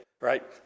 right